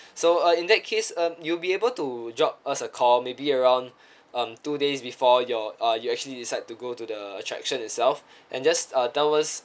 so uh in that case uh you'll be able to drop us a call maybe around um two days before your uh you actually decide to go to the attraction itself and just uh tell us